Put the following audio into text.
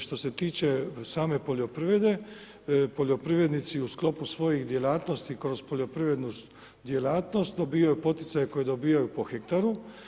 Što se tiče same poljoprivrede, poljoprivrednici u sklopu svojih djelatnosti kroz poljoprivrednu djelatnost dobivaju poticaje koje dobivaju po hektaru.